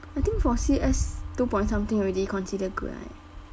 I think for C_S two point something already considered good right